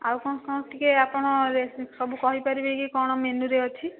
ଆଉ କ'ଣ କ'ଣ ଟିକିଏ ଆପଣ ସବୁ କହିପାରିବେ କି କ'ଣ ମେନୁରେ ଅଛି